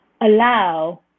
allow